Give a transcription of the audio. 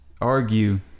argue